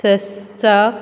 संस्थांक